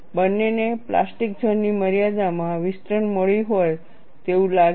બંનેને plastic zone ની મર્યાદામાં વિસ્તરણ મળ્યું હોય તેવું લાગે છે